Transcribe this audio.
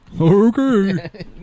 Okay